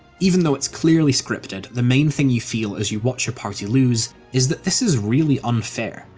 even though it's clearly scripted, the main thing you feel as you watch your party lose is that this is really unfair.